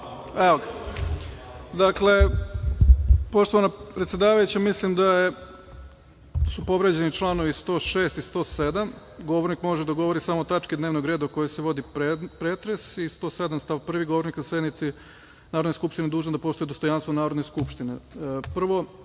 Jovanov** Dakle, poštovana predsedavajuća, mislim da su povređeni članovi 106. i 107. - govornik može da govori samo o tački dnevnog reda o kojoj se vodi pretres i 107. stav 1.- govornik na sednici Narodne skupštine je dužan da poštuje dostojanstvo Narodne skupštine. Prvo,